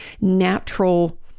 natural